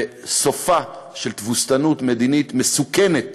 ואת סופה של תבוסתנות מדינית מסוכנת